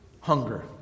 hunger